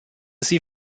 sie